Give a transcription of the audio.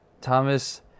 Thomas